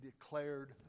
declared